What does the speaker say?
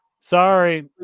sorry